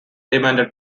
demanded